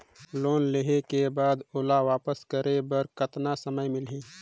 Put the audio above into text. Loan लेहे के बाद ओला वापस करे बर कतना समय मिलही?